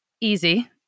easy